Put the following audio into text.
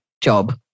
job